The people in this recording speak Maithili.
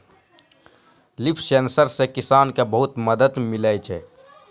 लिफ सेंसर से किसान के बहुत मदद मिलै छै